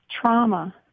trauma